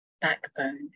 backbone